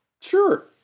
sure